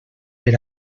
per